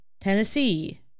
Tennessee